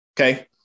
Okay